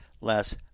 less